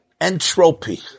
Entropy